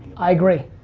i agree.